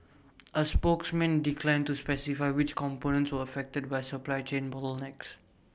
A spokesman declined to specify which components were affected by supply chain bottlenecks